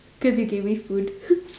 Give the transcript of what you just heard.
cause you gave me food